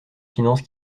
finances